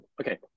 Okay